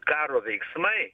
karo veiksmai